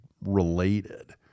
related